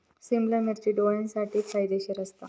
सिमला मिर्ची डोळ्यांसाठी फायदेशीर असता